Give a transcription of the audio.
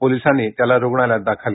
पोलिसांनी त्याला रुग्णालयात दाखल केले